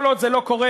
כל עוד זה לא קורה,